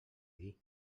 dir